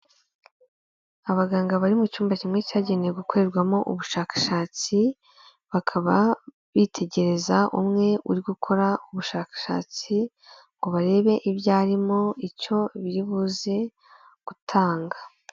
Abaganga bari mu cyumba kimwe cyagenewe gukorerwamo ubushakashatsi, bakaba bitegereza umwe uri gukora ubushakashatsi ngo barebe ibyo arimo icyo biri buze gutanga.